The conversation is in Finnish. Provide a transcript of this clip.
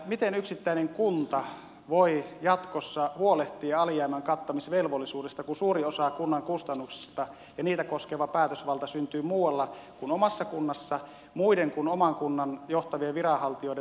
miten yksittäinen kunta voi jatkossa huolehtia alijäämän kattamisvelvollisuudesta kun suuri osa kunnan kustannuksista ja niitä koskeva päätösvalta syntyy muualla kuin omassa kunnassa muiden kuin oman kunnan johtavien viranhaltijoiden valmistelusta